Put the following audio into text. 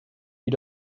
you